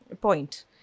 point